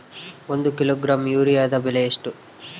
ಒಂದು ಕಿಲೋಗ್ರಾಂ ಯೂರಿಯಾದ ಬೆಲೆ ಎಷ್ಟು?